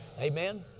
Amen